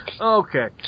Okay